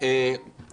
חבר הכנסת שטרן, בבקשה.